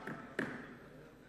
סליחה, סליחה.